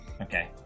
Okay